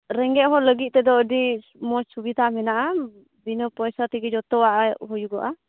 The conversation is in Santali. ᱨᱮᱸᱜᱮᱡᱽ ᱦᱚᱲ ᱞᱟᱹᱜᱤᱫ ᱛᱮᱫᱚ ᱟᱹᱰᱤ ᱢᱚᱡᱽ ᱥᱩᱵᱤᱫᱷᱟ ᱢᱮᱱᱟᱜᱼᱟ ᱵᱤᱱᱟᱹ ᱯᱚᱭᱥᱟ ᱛᱮᱜᱮ ᱡᱚᱛᱚᱣᱟᱜ ᱦᱩᱭᱩᱜᱚᱜᱼᱟ